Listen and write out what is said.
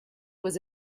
was